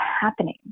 happening